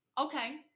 Okay